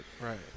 right